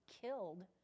killed